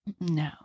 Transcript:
No